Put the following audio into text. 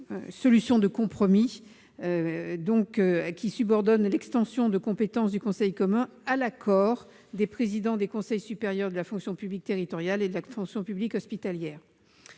solution de compromis, subordonnant l'extension de compétence du Conseil commun à l'accord des présidents des conseils supérieurs de la fonction publique territoriale et de la fonction publique hospitalière.